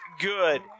good